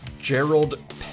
Gerald